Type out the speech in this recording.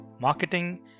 Marketing